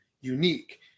unique